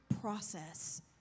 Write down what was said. process